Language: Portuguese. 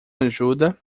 ajuda